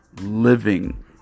living